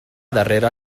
darrera